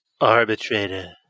Arbitrator